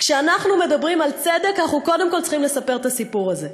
כשאנחנו מדברים על צדק אנחנו קודם כול צריכים לספר את הסיפור הזה,